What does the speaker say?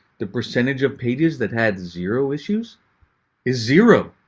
the percentage of pages that had zero issues is zero.